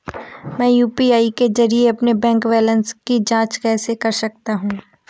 मैं यू.पी.आई के जरिए अपने बैंक बैलेंस की जाँच कैसे कर सकता हूँ?